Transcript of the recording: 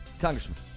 congressman